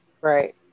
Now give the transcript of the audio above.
Right